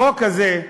החוק הזה,